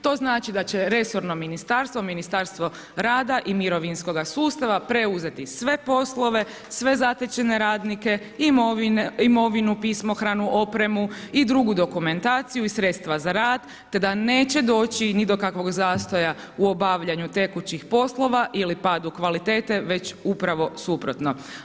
To znači da će resorno ministarstvo, Ministarstvo rada i mirovinskoga sustava, preuzeti sve poslove, sve zatečene radnike, imovinu, pismohranu, opremu i drugu dokumentaciju i sredstva za rad te da neće doći ni do kakvog zastoja u obavljaju tekućih poslova ili padu kvalitete, već upravo suprotno.